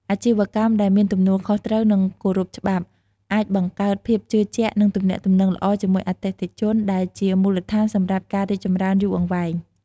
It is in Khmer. អាជីវកម្មដែលមានទំនួលខុសត្រូវ និងគោរពច្បាប់ អាចបង្កើតភាពជឿជាក់ និងទំនាក់ទំនងល្អជាមួយអតិថិជន ដែលជាមូលដ្ឋានសម្រាប់ការរីកចម្រើនយូរអង្វែង។